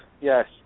yes